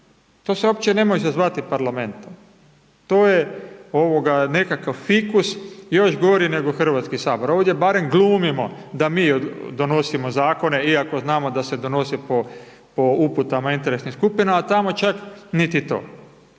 to se uopće ne može zvati parlamentom, to je nekakav fikus još gori nego HS, ovdje barem glumimo da mi donosimo zakone iako znamo da se donose po uputama interesnih skupina, a tamo čak niti to,